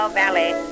valley